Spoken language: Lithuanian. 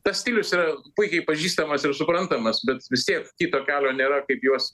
tas stilius yra puikiai pažįstamas ir suprantamas bet vis tiek kito kelio nėra kaip juos